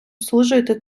служити